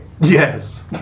Yes